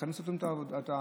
אנחנו עושים את העבודה.